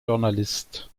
journalist